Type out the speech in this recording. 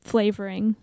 Flavoring